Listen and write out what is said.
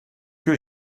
que